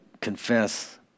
confess